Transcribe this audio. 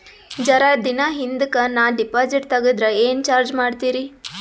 ಜರ ದಿನ ಹಿಂದಕ ನಾ ಡಿಪಾಜಿಟ್ ತಗದ್ರ ಏನ ಚಾರ್ಜ ಮಾಡ್ತೀರಿ?